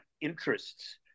interests